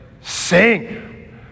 sing